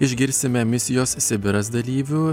išgirsime misijos sibiras dalyvių